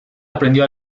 aprendió